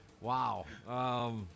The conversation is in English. Wow